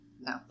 No